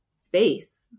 space